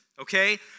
okay